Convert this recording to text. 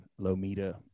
lomita